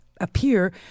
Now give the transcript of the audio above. appear